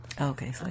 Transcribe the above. okay